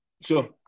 Sure